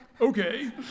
Okay